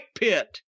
pit